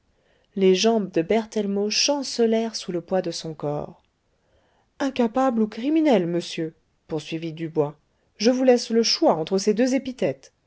les jambes de berthellemot chancelèrent sous le poids de son corps incapable ou criminel monsieur poursuivit dubois je vous laisse le choix entre ces deux épithètes